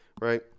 right